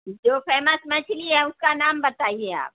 جو فیمس مچھلی ہے اس کا نام بتائیے آپ